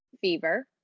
fever